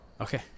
Okay